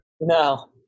No